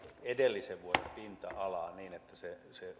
edellisen vuoden pinta alaan niin että se se